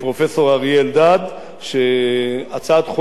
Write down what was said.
הצעת חוק גדר הביטחון,